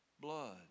blood